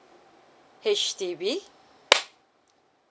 H_D_B